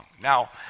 Now